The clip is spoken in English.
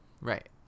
Right